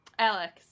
Alex